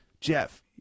Jeff